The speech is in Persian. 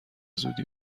زودی